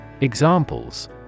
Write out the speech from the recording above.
Examples